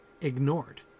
ignored